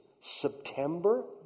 September